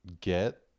get